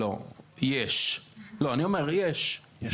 אני אומר יש,